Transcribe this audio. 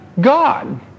God